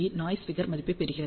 noise figure மதிப்பை பெறுகிறது